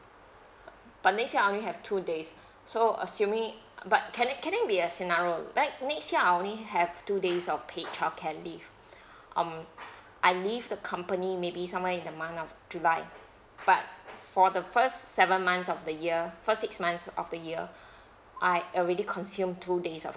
but next year I only have two days so assuming but can it can it be a scenario like next year I only have two days of paid childcare leave um I leave the company maybe somewhere in the month of july but for the first seven months of the year first six months of the year I already consume two days of